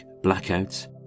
blackouts